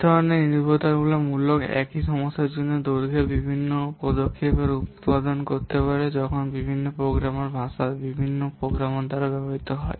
এই ধরনের নির্ভরতা মূলত একই সমস্যার জন্য দৈর্ঘ্যের বিভিন্ন পদক্ষেপের উত্পাদন করতে পারে যখন বিভিন্ন প্রোগ্রামার ভাষা বিভিন্ন প্রোগ্রামার দ্বারা ব্যবহৃত হয়